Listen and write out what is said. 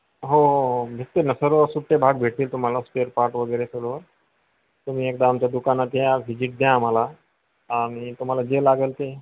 हो हो हो भेटते न सर्व सुट्टे भाग भेटतील तुम्हाला स्पेअर पार्ट वगैरे सर्व तुम्ही एकदा आमच्या दुकानात या व्हिजिट द्या आम्हाला आणि तुम्हाला जे लागेल ते